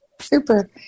Super